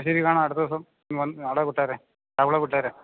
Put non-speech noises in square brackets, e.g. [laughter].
ശരി കാണാം അടുത്ത ദിവസം ആളെ വിട്ടേക്കൂ [unintelligible] വിട്ടേക്കൂ